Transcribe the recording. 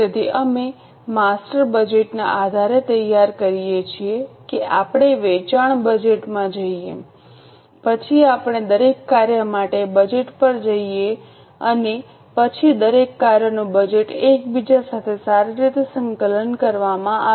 તેથી અમે માસ્ટર બજેટના આધારે તૈયાર કરીએ છીએ કે આપણે વેચાણ બજેટમાં જઈએ પછી આપણે દરેક કાર્ય માટે બજેટ પર જઈએ અને પછી દરેક કાર્યોનું બજેટ એકબીજા સાથે સારી રીતે સંકલન કરવામાં આવે